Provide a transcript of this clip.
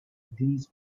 these